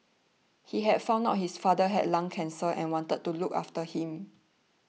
he had found out his father had lung cancer and wanted to look after him